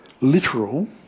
literal